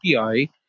api